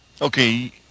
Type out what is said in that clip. Okay